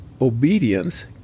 obedience